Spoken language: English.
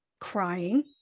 crying